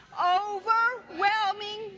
Overwhelming